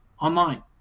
online